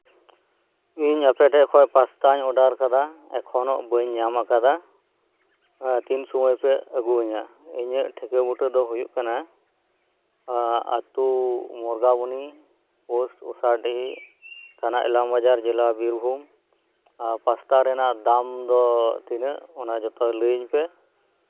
ᱤᱧ ᱟᱯᱮ ᱴᱷᱮᱱ ᱠᱷᱚᱱ ᱯᱟᱥᱛᱟᱧ ᱚᱰᱟᱨ ᱠᱟᱫᱟ ᱮᱠᱷᱚᱱᱳ ᱵᱟᱹᱧ ᱧᱟᱢ ᱠᱟᱫᱟ ᱛᱤᱱ ᱥᱚᱢᱚᱭ ᱯᱮ ᱟᱹᱜᱩ ᱤᱧᱟ ᱤᱧᱟᱹᱜ ᱴᱷᱤᱠᱟᱹ ᱵᱩᱴᱟᱹ ᱫᱚ ᱦᱩᱭᱩᱜ ᱠᱟᱱᱟ ᱟᱹᱛᱩ ᱢᱩᱨᱜᱟᱵᱚᱱᱤ ᱯᱳᱥᱴᱚ ᱩᱥᱟᱰᱤᱦᱤ ᱛᱷᱟᱱᱟ ᱤᱞᱟᱢᱵᱟᱡᱟᱨ ᱡᱮᱞᱟ ᱵᱤᱨᱵᱷᱩᱢ ᱯᱟᱥᱛᱟ ᱨᱮᱱᱟᱜ ᱫᱟᱢ ᱫᱚ ᱛᱤᱱᱟᱹᱜ ᱚᱱᱟ ᱡᱚᱛᱚ ᱞᱟᱹᱭ ᱤᱧ ᱯᱮ